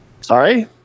Sorry